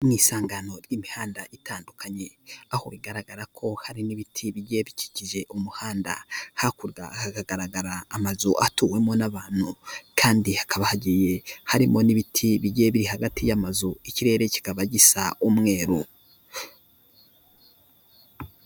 Mu isangano ry'imihanda itandukanye aho bigaragara ko hari n'ibiti bigiye bikikije umuhanda, hakurya hagaragara amazu atuwemo n'abantu, kandi hakaba hagiye harimo n'ibiti bigiye biri hagati y'amazu ikirere kikaba gisa umweru.